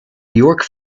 york